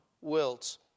wilt